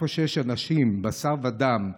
איפה שיש אנשים בשר ודם,